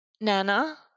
Nana